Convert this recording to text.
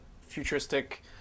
futuristic